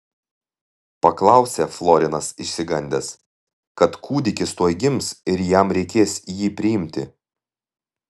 paklausė florinas išsigandęs kad kūdikis tuoj gims ir jam reikės jį priimti